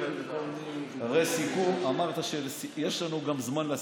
הרי סיכום, אמרת, יש לנו גם זמן לסיכום,